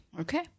Okay